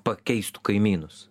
pakeistų kaimynus